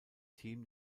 team